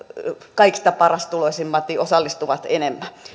kaikista parastuloisimmat osallistuvat enemmän